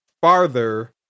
farther